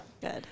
Good